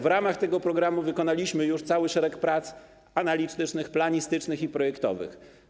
W ramach tego programu wykonaliśmy już cały szereg prac analitycznych, planistycznych i projektowych.